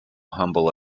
humble